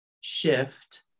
shift